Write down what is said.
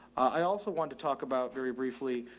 i also wanted to talk about very briefly,